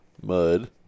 Mud